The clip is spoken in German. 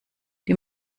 die